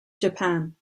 japan